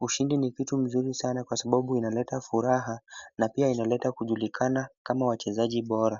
Ushindi ni kitu mzuri sana kwa sababu inaleta furaha na pia inaleta kujulikana kama wachezaji bora.